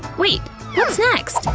wait, what's next?